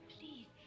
Please